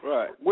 Right